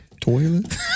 Toilet